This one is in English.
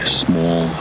small